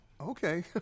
Okay